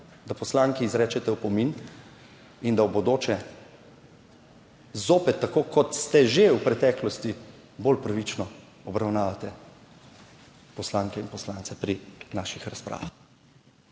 da poslanki izrečete opomin in da v bodoče zopet, tako kot ste že v preteklosti, bolj pravično obravnavate poslanke in poslance pri naših razpravah.